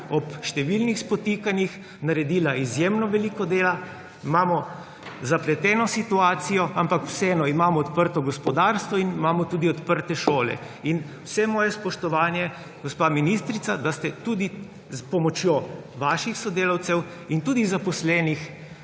ob številnih spotikanjih naredila izjemno veliko dela. Imamo zapleteno situacijo, ampak vseeno imamo odprto gospodarstvo in imamo tudi odprte šole. In vse moje spoštovanje, gospa ministrica, da ste tudi s pomočjo vaših sodelavcev in tudi zaposlenih